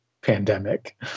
pandemic